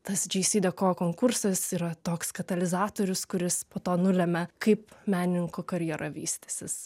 tas džeisideko konkursas yra toks katalizatorius kuris po to nulemia kaip menininko karjera vystysis